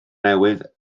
newydd